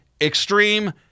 extreme